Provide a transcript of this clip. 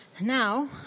Now